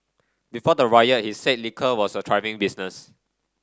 before the riot he said liquor was a thriving business